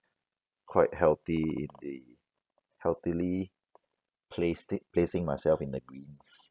quite healthy in the healthily placed it placing myself in the greens